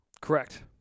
correct